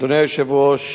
אדוני היושב-ראש,